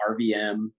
RVM